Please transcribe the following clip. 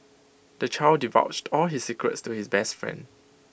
the child divulged all his secrets to his best friend